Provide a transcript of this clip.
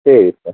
சரி சார்